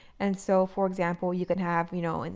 and so, for example, you can have, you know, and